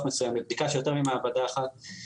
מסוים לבדיקה של יותר ממעבדה אחת.